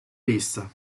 pista